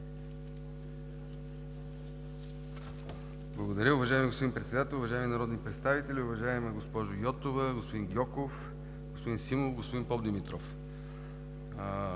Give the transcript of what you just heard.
Благодаря. Уважаеми господин Председател, уважаеми народни представители, уважаема госпожо Йотова, господин Гьоков, господин Симов, господин Попдимитров!